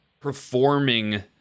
performing